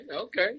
okay